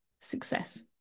success